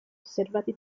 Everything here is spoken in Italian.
osservati